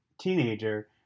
teenager